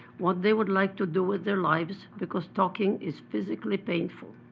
what they would like to do with their lives, because talking is physically painful.